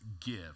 give